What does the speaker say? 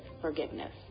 forgiveness